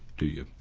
do you?